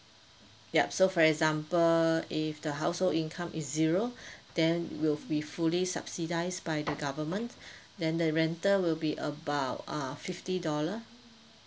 yup so for example if the household income is zero then will be fully subsidised by the government then the rental will be about uh fifty dollar